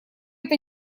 это